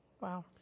Wow